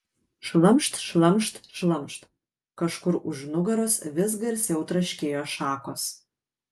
šlamšt šlamšt šlamšt kažkur už nugaros vis garsiau traškėjo šakos